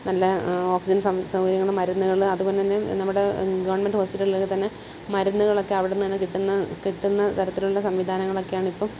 നല്ല ഓക്സിജൻ സം സൗകര്യങ്ങൾ മരുന്നുകൾ അതുപോലെ തന്നെ നമ്മുടെ ഗവണ്മെന്റ് ഹോസ്പിറ്റലൊകൾ തന്നെ മരുന്നുകളൊക്കെ അവിടന്നന്നെ കിട്ടുന്ന കിട്ടുന്ന തരത്തിലുള്ള സംവിധാനങ്ങളൊക്കയാണിപ്പോൾ